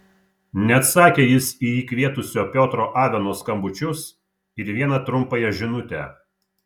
neatsakė jis į jį kvietusio piotro aveno skambučius ir vieną trumpąją žinutę